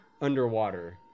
underwater